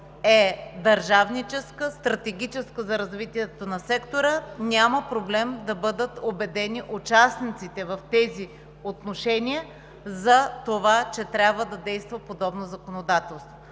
е държавническа, стратегическа за развитието на сектора, няма проблем да бъдат убедени участниците в тези отношения за това, че трябва да действа подобно законодателство.